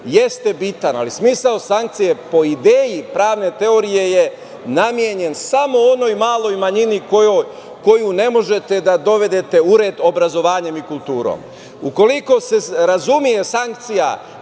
jeste bitan, ali smisao sankcije po ideji pravne teorije je namenjen samo onoj maloj manjini koju ne možete da dovedete u red obrazovanjem i kulturom. Ukoliko se razume sankcija